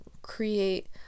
create